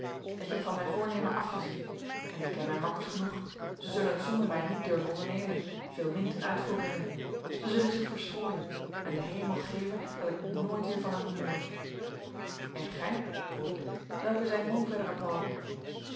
ik heb van mijn voornemen afgezien en ik ken mijn makkers genoeg zij zullen het zonder mij niet durven ondernemen veelmin ten uitvoer brengen zij zullen zich verstrooien en de hemel geve dat ik nooit weer van hen hoore en gij vroeg ik welke zijn uw verdere plannen